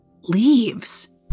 leaves